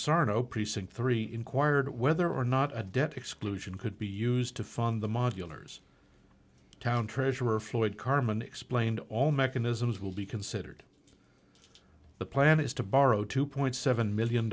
sarno precinct three inquired whether or not a debt exclusion could be used to fund the modulars town treasurer floyd carmen explained all mechanisms will be considered the plan is to borrow two point seven million